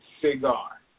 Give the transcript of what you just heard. cigar